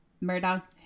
Murdoch